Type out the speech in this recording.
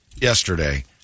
yesterday